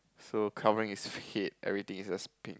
so covering his head everything is just pink